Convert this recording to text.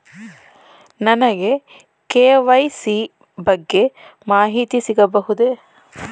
ನನಗೆ ಕೆ.ವೈ.ಸಿ ಬಗ್ಗೆ ಮಾಹಿತಿ ಸಿಗಬಹುದೇ?